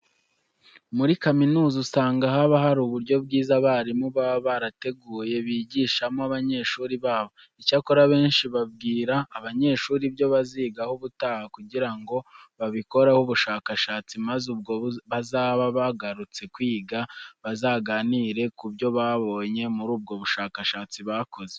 Muri kaminuza usanga haba hari uburyo bwiza abarimu baba barateguye bigishamo abanyeshuri babo. Icyakora abenshi babwira abanyeshuri ibyo bazigaho ubutaha kugira ngo babikoraho ubushakashatsi maze ubwo bazaba bagarutse kwiga bazaganire ku byo babonye muri ubwo bushakashatsi bakoze.